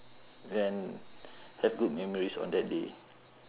then have good memories on that day